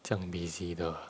这样 busy 的